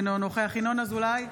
אינו נוכח ינון אזולאי,